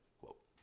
quote